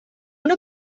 una